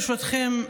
ברשותכם,